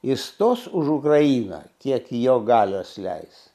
jis stos už ukrainą tiek jo galios leis